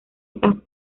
está